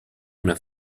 una